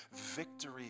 victory